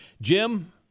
jim